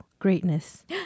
Greatness